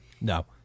No